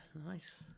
Nice